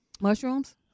Mushrooms